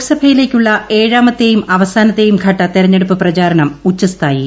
ലോക്സഭയിലേക്കുള്ള ഏഴാമത്തെയും അവസാനത്തെയും ഘട്ട തെരഞ്ഞെടുപ്പ് പ്രചാരണം ഉച്ചസ്ഥായിയിൽ